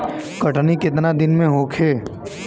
कटनी केतना दिन में होखे?